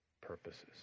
purposes